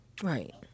Right